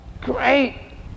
great